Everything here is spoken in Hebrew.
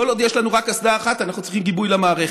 כל עוד יש לנו רק אסדה אחת אנחנו צריכים גיבוי למערכת.